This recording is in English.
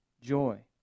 joy